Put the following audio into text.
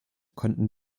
konnten